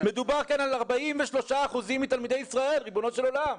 מדובר כאן על 43% מתלמידי ישראל, ריבונו של עולם.